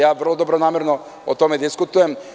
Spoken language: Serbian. Ja vrlo dobronamerno o tome diskutujem.